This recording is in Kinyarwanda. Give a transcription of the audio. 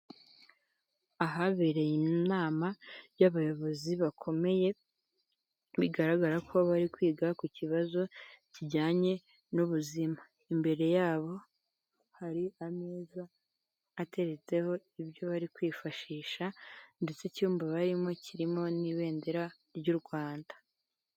Ahabereye inama y'abayobozi bakomeye bigaragara ko bari kwiga ku kibazo kijyanye n'ubuzima, imbere yabo hari ameza ateretseho ibyo bari kwifashisha ndetse icyumba barimo kirimo n'ibendera ry'u Rwanda.